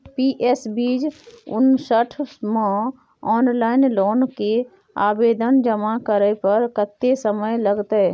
PS बीच उनसठ म ऑनलाइन लोन के आवेदन जमा करै पर कत्ते समय लगतै?